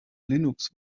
linux